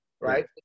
Right